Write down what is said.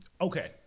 Okay